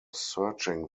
searching